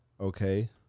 Okay